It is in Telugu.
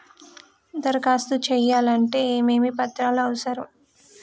దరఖాస్తు చేయాలంటే ఏమేమి పత్రాలు అవసరం?